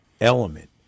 element